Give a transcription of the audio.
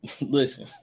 listen